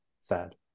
sad